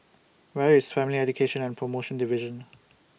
Where IS Family Education and promotion Division